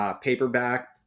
paperback